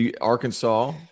Arkansas